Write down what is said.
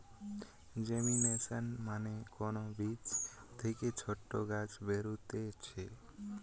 germination মানে কোন বীজ থেকে ছোট গাছ বেরুতিছে